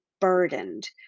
burdened